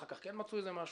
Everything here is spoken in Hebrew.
אחר כך כן מצאו איזשהו משהו.